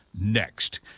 next